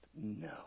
No